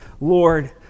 Lord